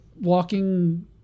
walking